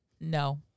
No